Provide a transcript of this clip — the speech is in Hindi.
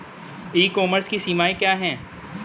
ई कॉमर्स की सीमाएं क्या हैं?